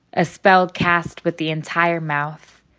a spell cast with the entire mouth,